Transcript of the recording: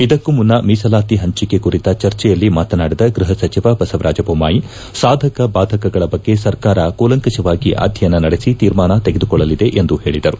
ಇದಕ್ಕೂ ಮುನ್ನಾ ಮೀಸಲಾತಿ ಪಂಚಿಕ ಕುರಿತ ಚರ್ಚೆಯಲ್ಲಿ ಮಾತನಾಡಿದ ಗೃಪ ಸಚಿವ ಬಸವರಾಜ್ ಜೊಮ್ಮಾಯಿ ಸಾಧಕ ಬಾಧಕಗಳ ಬಗ್ಗೆ ಸರ್ಕಾರ ಕೂಲಂಕಷವಾಗಿ ಅಧ್ಯಯನ ನಡೆಸಿ ತೀರ್ಮಾನ ತೆಗೆದುಕೊಳ್ಳಲಿದೆ ಎಂದು ಪೇಳದರು